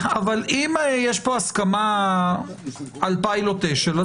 אבל אם יש פה הסכמה על פילוט אשל,